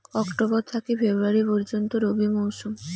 October থাকি February পর্যন্ত রবি মৌসুম